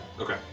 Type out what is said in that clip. Okay